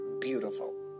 beautiful